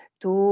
tu